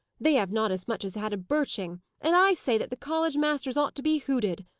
they have not as much as had a birching and i say that the college masters ought to be hooted.